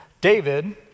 David